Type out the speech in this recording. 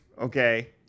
Okay